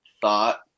thought